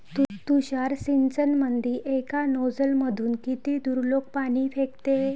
तुषार सिंचनमंदी एका नोजल मधून किती दुरलोक पाणी फेकते?